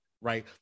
Right